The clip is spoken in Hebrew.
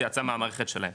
זה יצא מהמערכת שלהם,